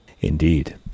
Indeed